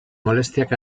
molestiak